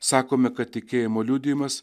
sakome kad tikėjimo liudijimas